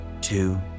two